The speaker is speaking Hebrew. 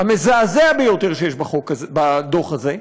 המזעזע ביותר, שיש בדוח הזה,